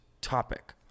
topic